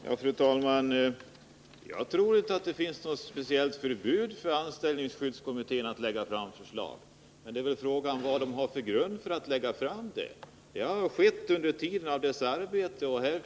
Fru talman! Jag tror inte att det finns något speciellt förbud för anställningsskyddskommittén att lägga fram förslag, men frågan är vilken grund den har för att göra det. Arbetsdomstolens tolkning har inträffat efter det att utredningen tillsatts.